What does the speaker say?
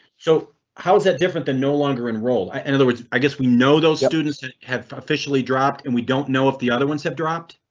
so how that different than no longer enrolled? in and other words, i guess we know those students that have officially dropped, and we don't know if the other ones have dropped.